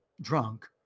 drunk